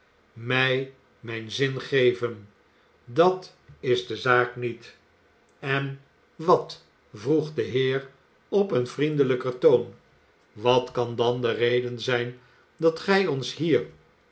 mij mijn zin geven dat is de zaak niet en wat vroeg de heer op een vriendelijker toon wat kan dan de reden zijn dat gij ons hier